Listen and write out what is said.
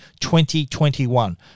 2021